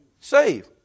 Save